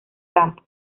campus